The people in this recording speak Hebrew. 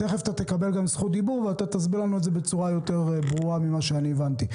תכף תקבל זכות דיבור ותסביר לנו את זה בצורה יותר ברורה ממה שהבנתי.